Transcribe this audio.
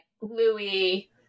Louis